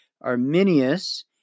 Arminius